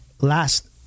Last